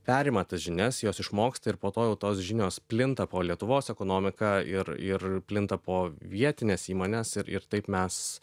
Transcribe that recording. perima tas žinias jos išmoksta ir po to jau tos žinios plinta po lietuvos ekonomiką ir ir plinta po vietines įmones ir ir taip mes